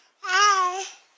Hi